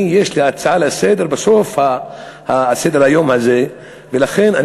יש לי הצעה לסדר-היום בסוף סדר-היום הזה ולכן,